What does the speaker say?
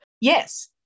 Yes